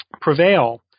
prevail